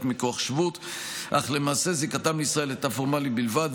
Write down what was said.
מכוח שבות אך למעשה זיקתם לישראל הייתה פורמלית בלבד,